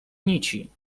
nici